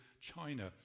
China